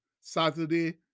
Saturday